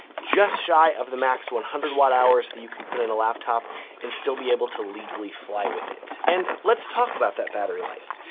just shy of the max one hundred watt hours that you can put in a laptop and still be able to legally fly with it. and, let's talk about that battery life.